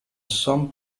some